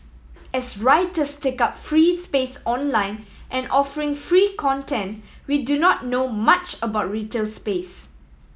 as writers take up free space online and offering free content we do not know much about retail space